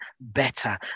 better